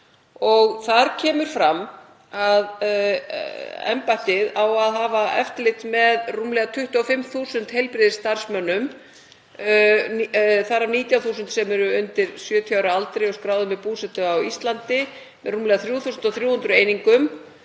Þar kemur fram að embættið á að hafa eftirlit með rúmlega 25.000 heilbrigðisstarfsmönnum, þar af 19.000 sem eru undir 70 ára aldri og skráðir með búsetu á Íslandi, og með rúmlega 3.300 einingum